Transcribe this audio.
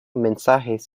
mensajes